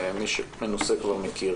מי שמנוסה כבר מכיר.